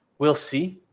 we'll see.